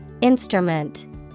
Instrument